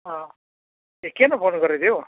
ए किन फोन गरेको थियौ